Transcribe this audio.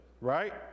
right